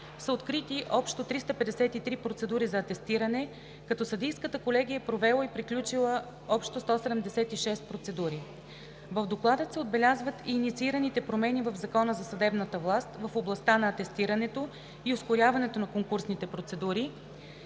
са открити общо 353 процедури за атестиране, като Съдийската колегия е провела и приключила общо 176 процедури. В Доклада се отбелязват и инициираните промени в Закона за съдебната власт в областта на атестирането и ускоряването на конкурсните процедури,